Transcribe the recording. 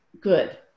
good